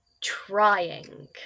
trying